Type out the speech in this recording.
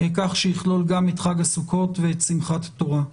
כך שיכלול גם את חג הסוכות ואת שמחת תורה.